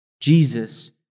Jesus